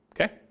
Okay